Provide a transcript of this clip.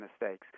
mistakes